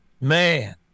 Man